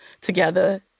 together